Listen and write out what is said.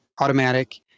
automatic